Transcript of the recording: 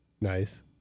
Nice